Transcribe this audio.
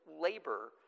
labor